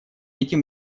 этим